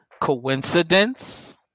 Coincidence